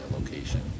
location